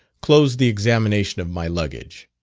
closed the examination of my luggage.